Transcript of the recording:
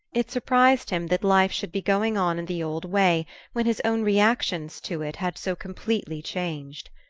it surprised him that life should be going on in the old way when his own reactions to it had so completely changed.